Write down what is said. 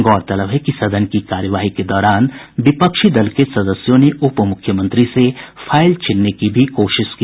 गौरतलब है कि सदन की कार्यवाही के दौरान विपक्षी दल के सदस्यों ने उप मुख्यमंत्री से फाइल छीनने की भी कोशिश की